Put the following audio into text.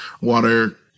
water